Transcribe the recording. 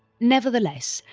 nevertheless,